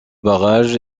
barrage